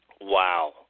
Wow